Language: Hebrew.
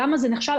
למה זה נכשל?